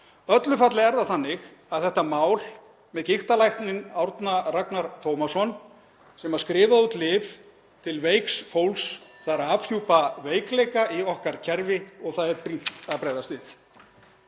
öllu falli er það þannig að þetta mál með gigtarlækninn Árna Tómas Ragnarsson, sem skrifaði út lyf til veiks fólks, er að afhjúpa veikleika í okkar kerfi og það er brýnt að bregðast við.